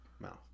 mouth